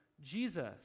Jesus